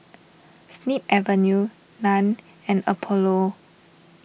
Snip Avenue Nan and Apollo